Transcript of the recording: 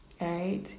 right